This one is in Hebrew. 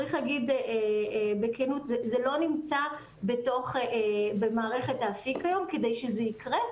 צריך להגיד בכנות: זה לא נמצא במערכת האפיק כיום כדי שזה יקרה,